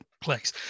place